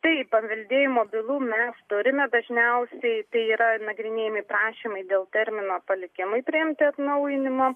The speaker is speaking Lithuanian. taip paveldėjimo bylų mes turime dažniausiai tai yra nagrinėjami prašymai dėl termino palikimui priimti atnaujinimo